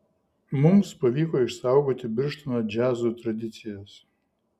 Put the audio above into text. mums pavyko išsaugoti birštono džiazų tradicijas